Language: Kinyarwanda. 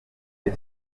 jye